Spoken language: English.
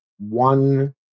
one